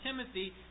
Timothy